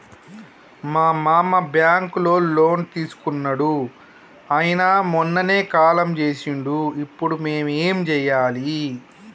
మా మామ బ్యాంక్ లో లోన్ తీసుకున్నడు అయిన మొన్ననే కాలం చేసిండు ఇప్పుడు మేం ఏం చేయాలి?